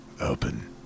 open